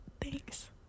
thanks